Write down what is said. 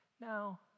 Now